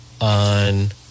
on